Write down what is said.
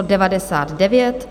99.